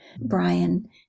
Brian